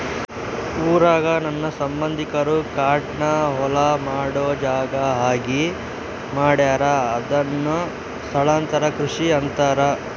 ಊರಾಗ ನನ್ನ ಸಂಬಂಧಿಕರು ಕಾಡ್ನ ಹೊಲ ಮಾಡೊ ಜಾಗ ಆಗಿ ಮಾಡ್ಯಾರ ಅದುನ್ನ ಸ್ಥಳಾಂತರ ಕೃಷಿ ಅಂತಾರ